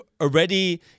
already